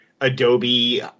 Adobe